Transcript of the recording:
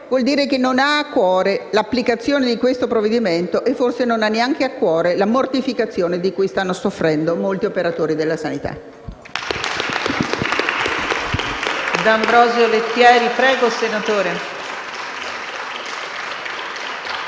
significa che non ha a cuore l'applicazione di questo provvedimento e forse neanche la mortificazione di cui stanno soffrendo molti operatori della sanità.